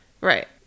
Right